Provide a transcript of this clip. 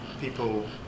people